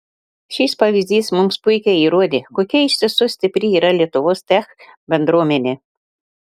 šis pavyzdys mums puikiai įrodė kokia iš tiesų stipri yra lietuvos tech bendruomenė